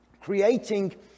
creating